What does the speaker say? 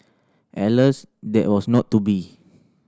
alas that was not to be